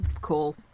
Cool